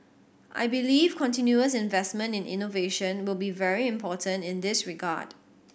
I believe continuous investment in innovation will be very important in this regard